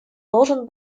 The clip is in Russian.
должен